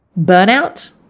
burnout